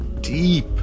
deep